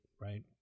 Right